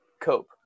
cope